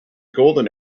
golden